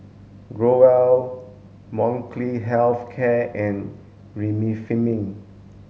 Growell Molnylcke health care and Remifemin